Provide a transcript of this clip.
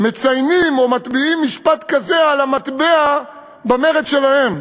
מציינים או מטביעים משפט כזה על המטבע במרד שלהם?